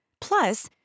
Plus